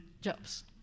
jobs